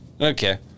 Okay